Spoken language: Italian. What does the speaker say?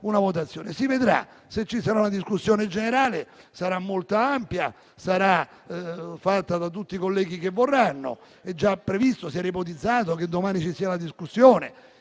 si vedrà. Se ci sarà una discussione generale, sarà molto ampia, e vi parteciperanno tutti i colleghi che vorranno ed è già previsto. Si è ipotizzato che domani inizi una discussione